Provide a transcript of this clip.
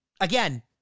Again